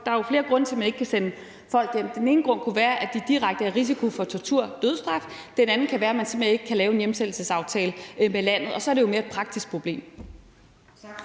Der er jo flere grunde til, at man ikke kan sende folk hjem. Den ene grund kan være, at de er i direkte risiko for tortur og dødsstraf. Den anden kan være, at man simpelt hen ikke kan lave en hjemsendelsesaftale med landet, og så er det jo mere et praktisk problem.